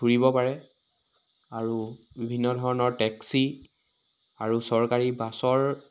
ফুৰিব পাৰে আৰু বিভিন্ন ধৰণৰ টেক্সি আৰু চৰকাৰী বাছৰ